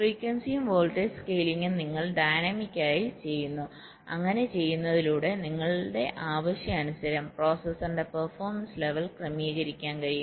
ഫ്രീക്വൻസിയും വോൾട്ടേജ് സ്കെയിലിംഗും നിങ്ങൾ ഡയനാമിക്കായി ചെയ്യുന്നു അങ്ങനെ ചെയ്യുന്നതിലൂടെ നിങ്ങളുടെ ആവശ്യാനുസരണം പ്രോസസ്സറിന്റെ പെർഫോമൻസ് ലെവൽ ക്രമീകരിക്കാൻ കഴിയും